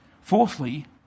Fourthly